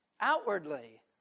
outwardly